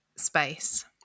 space